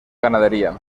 ganadería